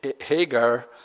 Hagar